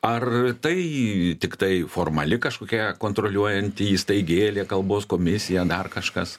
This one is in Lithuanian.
ar tai tiktai formali kažkokia kontroliuojanti įstaigėlė kalbos komisija dar kažkas